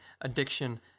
addiction